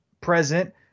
present